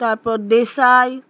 তারপর দেশাই